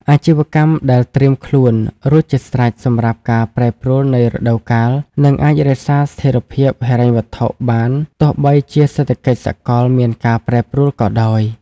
អាជីវកម្មដែលត្រៀមខ្លួនរួចជាស្រេចសម្រាប់ការប្រែប្រួលនៃរដូវកាល នឹងអាចរក្សាស្ថិរភាពហិរញ្ញវត្ថុបានទោះបីជាសេដ្ឋកិច្ចសកលមានការប្រែប្រួលក៏ដោយ។